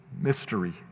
mystery